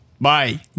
Bye